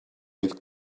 oedd